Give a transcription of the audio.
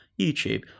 YouTube